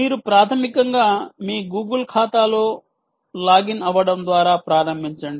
మీరు ప్రాథమికంగా మీ Google ఖాతాతో లాగిన్ అవ్వడం ద్వారా ప్రారంభించండి